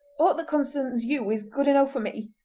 aught that concerns you is good enow for me.